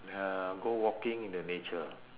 uh go walking in the nature